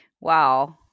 wow